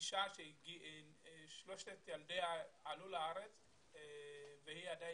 אישה ששלושת ילדיה עלו לארץ והיא עדיין